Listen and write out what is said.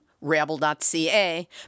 Rabble.ca